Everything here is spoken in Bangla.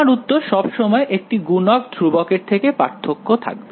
আমার উত্তর সব সময় একটি গুণক ধ্রুবকের থেকে পার্থক্য থাকবে